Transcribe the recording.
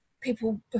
people